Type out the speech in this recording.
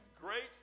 great